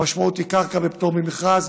והמשמעות היא קרקע ופטור ממכרז,